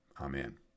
Amen